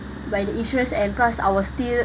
by the insurance and plus I was still